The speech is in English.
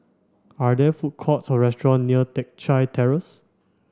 are there food courts or restaurant near Teck Chye Terrace